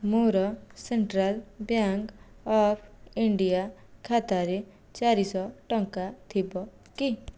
ମୋର central bank of India ଖାତାରେ ଚାରିଶହ ଟଙ୍କା ଥିବ କି